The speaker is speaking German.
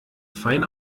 fein